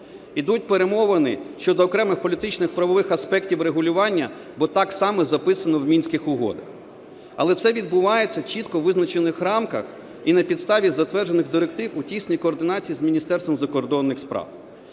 Ідуть перемовини щодо окремих політичних правових аспектів врегулювання, бо так саме записано в Мінських угодах. Але все відбувається чітко у визначених рамках і на підставі затверджених директив, у тісній координації з Міністерством закордонних справ.